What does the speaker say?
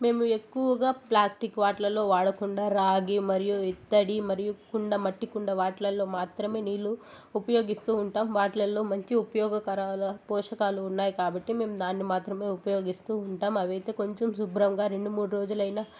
మేము ఎక్కువగా ప్లాస్టిక్ వాటిలలో వాడకుండా రాగి మరియు ఇత్తడి మరియు కుండ మట్టి కుండ వాటిలలో మాత్రమే నీళ్లు ఉపయోగిస్తూ ఉంటాం వాటిలలో మంచి ఉపయోగకరలా పోషకాలు ఉన్నాయి కాబట్టి మేము దాన్ని మాత్రమే ఉపయోగిస్తూ ఉంటాం అవైతే కొంచెం శుభ్రంగా రెండు మూడు రోజులైనా